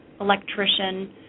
electrician